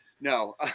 no